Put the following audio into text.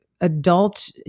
adult